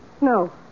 No